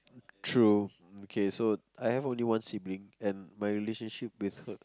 true okay so I have only one sibling and my relationship with her